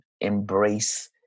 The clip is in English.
embrace